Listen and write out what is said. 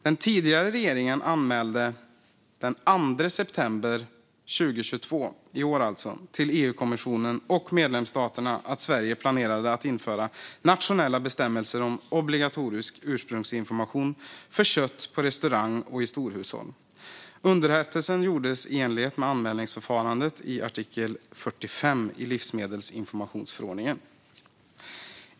Den tidigare regeringen anmälde den 2 september 2022, det vill säga i år, till EUkommissionen och medlemsstaterna att Sverige planerade att införa nationella bestämmelser om obligatorisk ursprungsinformation för kött på restaurang och i storhushåll. Underrättelsen gjordes i enlighet med anmälningsförfarandet i artikel 45 i livsmedelsinformationsförordningen.